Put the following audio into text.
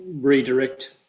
redirect